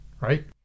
right